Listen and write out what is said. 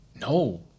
no